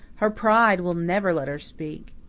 her pride will never let her speak.